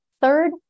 Third